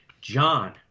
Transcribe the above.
John